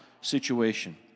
situation